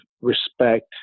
respect